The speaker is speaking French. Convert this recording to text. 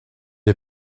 est